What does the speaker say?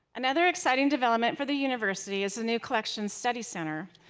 another exciting development for the university is the new collection study center,